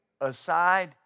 aside